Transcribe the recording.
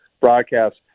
broadcast